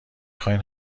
خواین